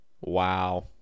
Wow